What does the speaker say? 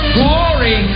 glory